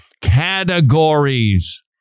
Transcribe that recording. categories